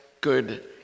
good